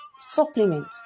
supplement